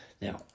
Now